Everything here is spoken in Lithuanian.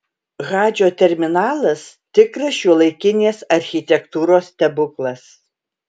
hadžo terminalas tikras šiuolaikinės architektūros stebuklas